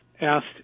asked